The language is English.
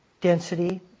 density